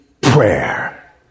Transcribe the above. prayer